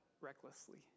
recklessly